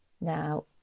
Now